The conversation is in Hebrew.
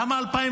למה 2005?